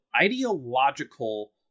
ideological